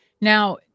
now